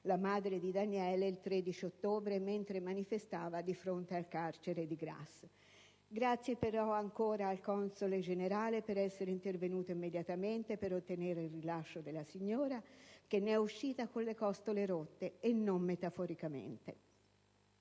la madre di Daniele il 13 ottobre mentre manifestava di fronte al carcere di Grasse (un ringraziamento va comunque al console generale per essere intervenuto immediatamente ottenendo il rilascio della signora, che ne è uscita con le costole rotte, e non metaforicamente);